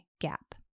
gap